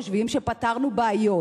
לתומנו חושבים שפתרנו בעיות: